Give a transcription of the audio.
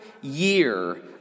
year